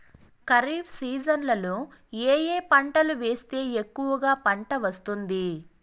ఖరీఫ్ సీజన్లలో ఏ ఏ పంటలు వేస్తే ఎక్కువగా పంట వస్తుంది?